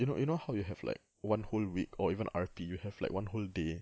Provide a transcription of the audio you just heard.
you know you know how you have like one whole week or even like R_P you have one whole day